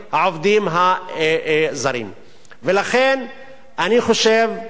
ולכן אני חושב שיש להוקיע,